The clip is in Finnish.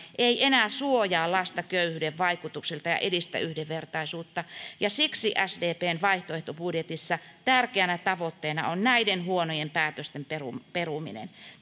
ei enää suojaa lasta köyhyyden vaikutuksilta ja edistä yhdenvertaisuutta siksi sdpn vaihtoehtobudjetissa tärkeänä tavoitteena on näiden huonojen päätösten peruminen peruminen